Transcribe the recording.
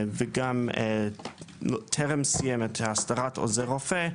וגם טרם סיים את הסדרת עוזר רופא,